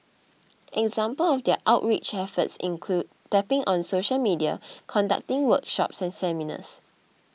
examples of their outreach efforts include tapping on social media conducting workshops and seminars